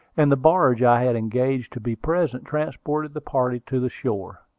and the barge i had engaged to be present transported the party to the shore.